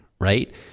right